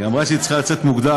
היא אמרה שהיא צריכה לצאת מוקדם,